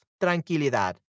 tranquilidad